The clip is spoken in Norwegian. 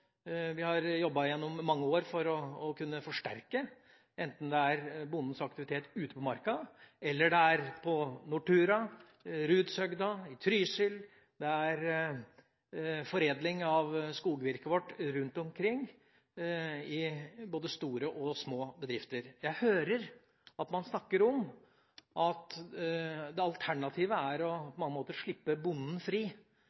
vi gjennom mange år har jobbet for å forsterke, enten det er bondens aktivitet ute på marka eller det er på Nortura, Rudshøgda eller i Trysil, der det foregår foredling av skogvirket vårt i både store og små bedrifter. Jeg hører at man snakker om at alternativet er at man måtte slippe bonden fri.